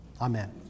Amen